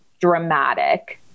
dramatic